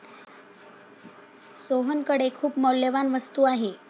सोहनकडे खूप मौल्यवान वस्तू आहे